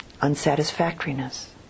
unsatisfactoriness